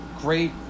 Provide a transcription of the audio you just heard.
great